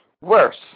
worse